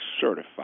certified